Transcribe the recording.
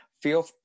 feel